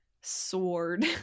Sword